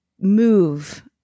move